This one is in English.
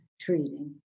treating